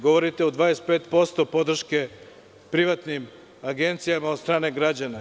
Govorite o 25% podrške privatnim agencijama od strane građana.